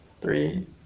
Three